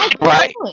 Right